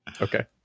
Okay